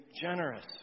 generous